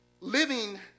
living